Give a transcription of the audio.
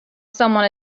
someone